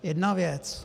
Jedna věc.